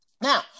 Now